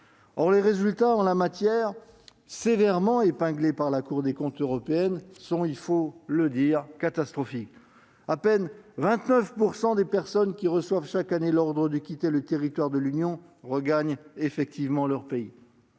Or les résultats en la matière, sévèrement épinglés par la Cour des comptes européenne, sont- il faut le dire -catastrophiques. À peine 29 % des personnes qui se voient délivrer chaque année l'ordre de quitter le territoire de l'Union regagnent effectivement leur pays